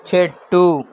చెట్టు